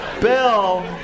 Bill